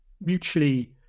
mutually